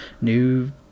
new